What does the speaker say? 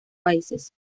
países